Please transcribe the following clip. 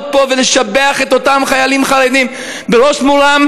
אדוני היושב-ראש,